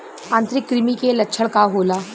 आंतरिक कृमि के लक्षण का होला?